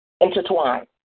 Intertwined